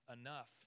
enough